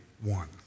one